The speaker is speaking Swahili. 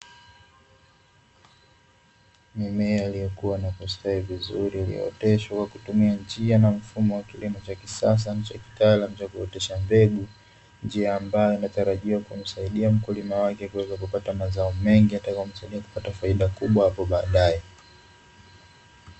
Mimea iliyokua na kustawi vizuri iliyooteshwa kutumia njia na mfumo wa kilimo cha kisasa na cha kitaalamu cha kuotesha mbegu, njia ambayo inatarajiwa kumsaidia mkulima wake kuweza kupata mazao mengi yatayomsaidia kupata faida kubwa hapo baadae.